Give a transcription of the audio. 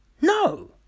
no